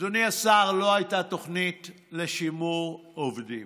אדוני השר, לא הייתה תוכנית לשימור עובדים.